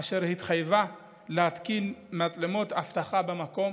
אשר התחייבה להתקין מצלמות אבטחה במקום.